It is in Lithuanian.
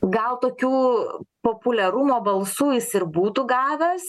gal tokių populiarumo balsų jis ir būtų gavęs